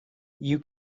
you